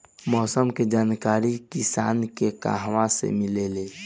मौसम के जानकारी किसान के कहवा से मिलेला?